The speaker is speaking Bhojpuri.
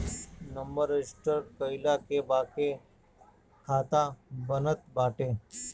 नंबर रजिस्टर कईला के बाके खाता बनत बाटे